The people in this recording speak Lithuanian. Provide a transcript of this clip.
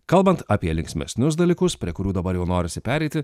kalbant apie linksmesnius dalykus prie kurių dabar jau norisi pereiti